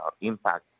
impact